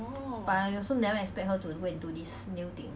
but I also never expect her to go do this nail thing